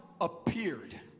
appeared